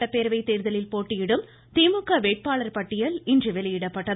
சட்டப்பேரவை தேர்தலில் போட்டியிடும் திமுக வேட்பாளர் பட்டியல் இன்று வெளியிடப்பட்டது